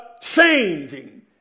changing